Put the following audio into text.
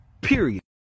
Period